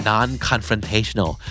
Non-confrontational